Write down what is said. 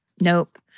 Nope